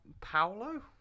Paolo